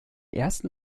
ersten